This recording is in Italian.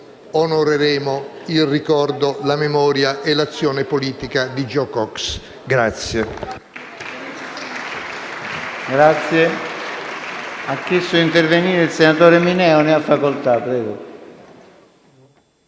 onoreremo il ricordo, la memoria e l'azione politica di Jo Cox.